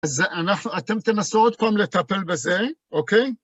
אז אנחנו אתם תנסו עוד פעם לטפל בזה, אוקיי?